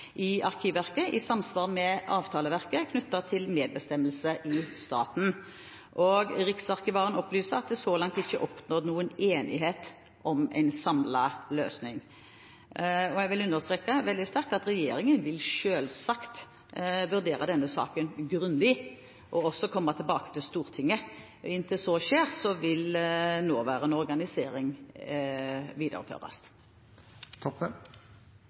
i Arkivverket, i samsvar med avtaleverket knyttet til medbestemmelser i staten. Riksarkivaren opplyser at det så langt ikke er oppnådd enighet om en samlet løsning. Jeg vil understreke veldig sterkt at regjeringen selvsagt vil vurdere denne saken grundig og også komme tilbake til Stortinget. Inntil så skjer, vil nåværende organisering videreføres. Riksarkivaren sitt forslag til